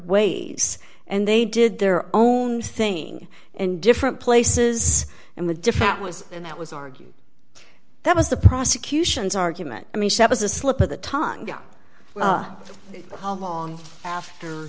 ways and they did their own thing and different places and the different was and that was argue that was the prosecution's argument i mean as a slip of the tongue long after